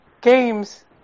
games